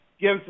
gives